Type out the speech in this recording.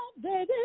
baby